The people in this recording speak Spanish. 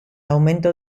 aumento